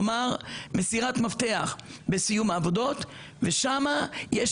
כלומר מסירת מפתח בסיום העבודות ושם יש